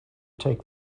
take